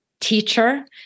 teacher